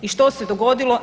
I što se dogodilo?